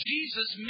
Jesus